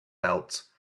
belt